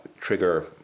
trigger